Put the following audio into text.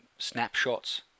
snapshots